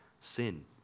sin